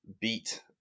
beat